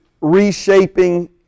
reshaping